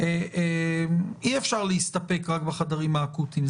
רק בחדרים האקוטיים.